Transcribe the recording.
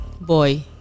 Boy